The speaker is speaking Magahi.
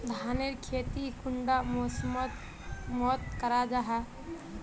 धानेर खेती कुंडा मौसम मोत करा जा?